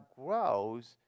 grows